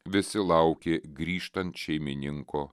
visi laukė grįžtant šeimininko